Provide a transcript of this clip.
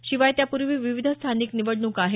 शिवाय त्यापूर्वी विविध स्थानिक निवडणुका आहेत